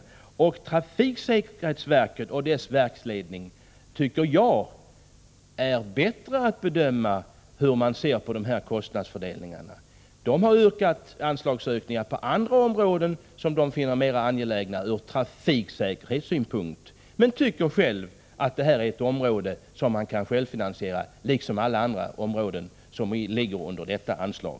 Jag tycker att trafiksäkerhetsverket och dess ledning bättre kan bedöma kostnadsfördelningarna. Verket har yrkat på anslagsökningar på andra områden, som det, ur trafiksäkerhetssynpunkt, finner mer angelägna. Trafiksäkerhetsverket anser att det här är en verksamhet som man kan självfinansiera, liksom alla andra verksamheter som ligger under detta anslag.